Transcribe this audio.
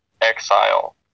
exile